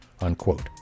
unquote